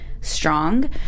strong